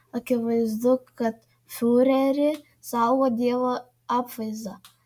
akivaizdu kad fiurerį saugo dievo apvaizda